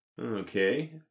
Okay